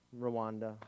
Rwanda